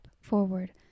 forward